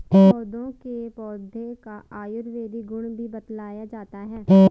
कोदो के पौधे का आयुर्वेदिक गुण भी बतलाया जाता है